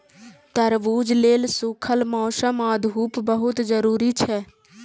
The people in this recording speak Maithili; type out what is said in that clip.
तरबूज लेल सूखल मौसम आ धूप बहुत जरूरी छै